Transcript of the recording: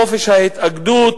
בחופש ההתאגדות.